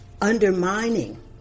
undermining